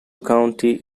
county